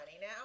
now